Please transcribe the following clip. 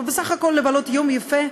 ובסך הכול לבלות יום יפה,